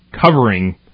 covering